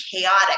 chaotic